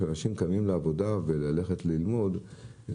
כשאנשים קמים לעבודה וללכת ללימודים,